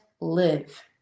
live